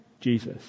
Jesus